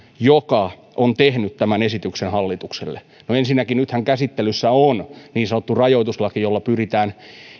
joka on tehnyt tämän esityksen hallitukselle ensinnäkin nythän käsittelyssä on niin sanottu rajoituslaki jolla pyritään